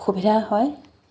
অসুবিধা হয়